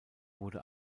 wurde